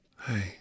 Hey